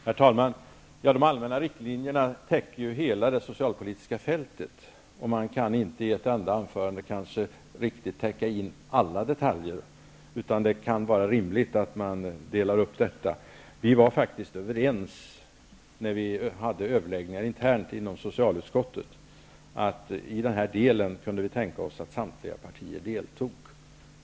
Herr talman! De allmänna riktlinjerna täcker ju hela det socialpolitiska fältet. Det går inte att med ett enda anförande täcka alla detaljer på det området, utan det kan vara rimligt att man delar upp det. När vi hade överläggningar internt inom socialutskottet var vi faktiskt överens om att vi i den här delen kunde tänka oss att samtliga partier deltog.